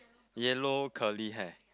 yellow curly hair